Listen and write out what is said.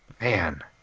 man